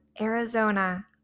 Arizona